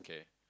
okay